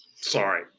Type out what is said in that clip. Sorry